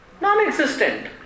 non-existent